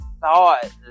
thought